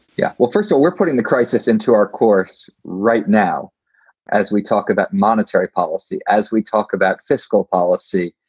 yeah, well, first, that so we're putting the crisis into our course right now as we talk about monetary policy, as we talk about fiscal policy.